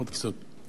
עוד קצת.